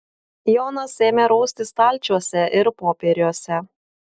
jonas ėmė raustis stalčiuose ir popieriuose